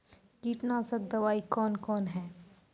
कीटनासक दवाई कौन कौन हैं?